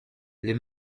les